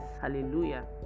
Hallelujah